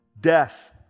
death